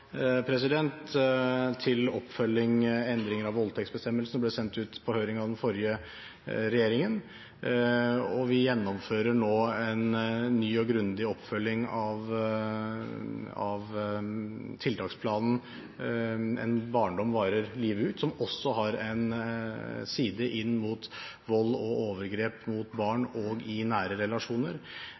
til oppfølging endring av voldtektsbestemmelsen – det ble sendt ut på høring av den forrige regjeringen. Og vi gjennomfører nå en ny og grundig oppfølging av tiltaksplanen «En god barndom varer livet ut», som også har en side inn mot vold og overgrep mot barn og i nære relasjoner.